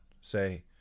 say